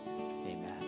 amen